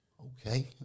Okay